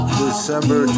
December